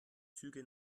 züge